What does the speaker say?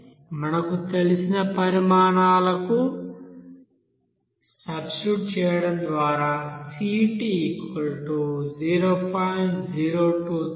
మనకు తెలిసిన పరిమాణాలను సబ్స్టిట్యూట్ చేయడం ద్వారా Ct 0